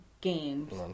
games